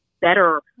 better